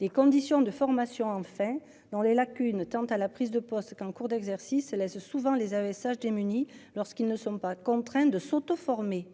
Les conditions de formation, enfin dans les lacunes, tant à la prise de poste qu'en cours d'exercice laisse souvent les AESH démunis lorsqu'ils ne sont pas contraints de s'auto former